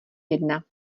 jedna